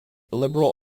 liberal